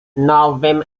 nowym